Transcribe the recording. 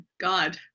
God